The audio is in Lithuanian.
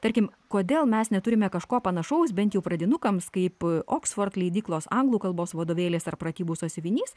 tarkim kodėl mes neturime kažko panašaus bent jų pradinukams kaip oksford leidyklos anglų kalbos vadovėlis ar pratybų sąsiuvinys